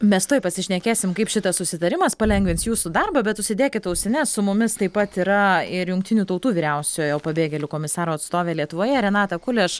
mes tuoj pasišnekėsim kaip šitas susitarimas palengvins jūsų darbą bet užsidėkit ausines su mumis taip pat yra ir jungtinių tautų vyriausiojo pabėgėlių komisaro atstovė lietuvoje renata kuleš